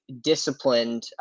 disciplined